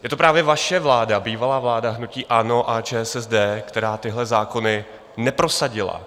Je to právě vaše vláda, bývalá vláda hnutí ANO a ČSSD, která tyhle zákony neprosadila.